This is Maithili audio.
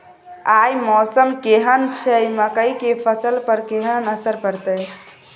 आय मौसम केहन छै मकई के फसल पर केहन असर परतै?